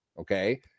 okay